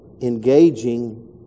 engaging